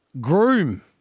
Groom